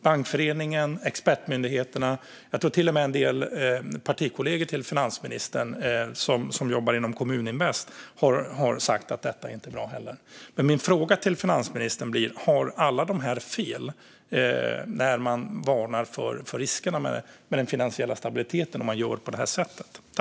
Bankföreningen, expertmyndigheterna och, tror jag, till och med en del av finansministerns partikollegor som jobbar inom Kommuninvest har sagt att detta inte är bra. Min fråga till finansministern blir därför: Har de alla fel när de varnar för riskerna för den finansiella stabiliteten om man gör på det här sättet?